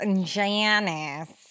Janice